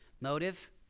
Motive